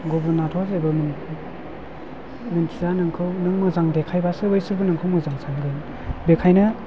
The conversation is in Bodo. गुबुनाथ' जेबो मिथिया नोंखौ नों मोजां देखायबासो बैसोरबो नोंखौ मोजां सानगोन बेखायनो